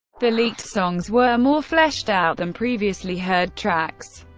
the leaked songs were more fleshed out than previously heard tracks.